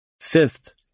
fifth